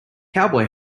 cowboy